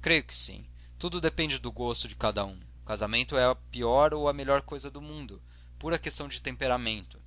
creio que sim tudo depende do gosto de cada um o casamento é a pior ou a melhor coisa do mundo pura questão de temperamento